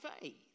faith